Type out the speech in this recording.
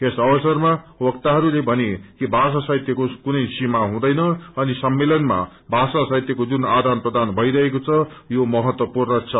यस अवसरमा वक्ताहरूले भने कि भाषा साहितयको कुनै सीमा हुँदैन अनि सम्मेलनमा भाषा साहित्यको जुन आदान प्रदान भइरहेको छ यो महत्वपूर्ण छ